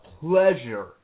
pleasure